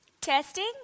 Testing